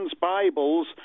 Bibles